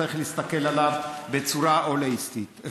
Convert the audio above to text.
צריך להסתכל עליו בצורה הוליסטית,